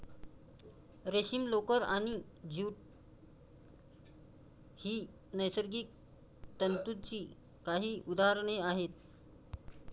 रेशीम, लोकर आणि ज्यूट ही नैसर्गिक तंतूंची काही उदाहरणे आहेत